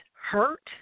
Hurt